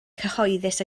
cyhoeddus